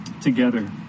together